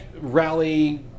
rally